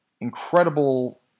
incredible